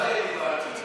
לא זה לב העניין.